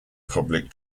public